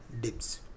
dips